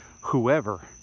whoever